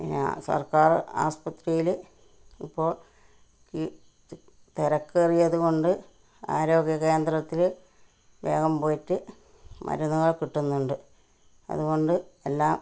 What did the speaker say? പിന്നെ സർക്കാർ ആസ്പത്രിയിൽ ഇപ്പോൾ തിരക്കേറിയതുകൊണ്ട് ആരോഗ്യകേന്ദ്രത്തിൽ വേഗം പോയിട്ട് മരുന്നുകൾ കിട്ടുന്നുണ്ട് അതുകൊണ്ട് എല്ലാം